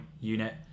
unit